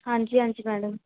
ਹਾਂਜੀ ਹਾਂਜੀ ਮੈਡਮ